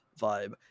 vibe